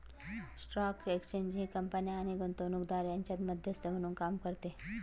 stock exchange हे कंपन्या आणि गुंतवणूकदार यांच्यात मध्यस्थ म्हणून काम करते